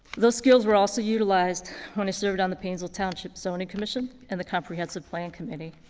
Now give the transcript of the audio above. those skills were also utilized when i served on the painesville township zoning commission and the comprehensive planning committee,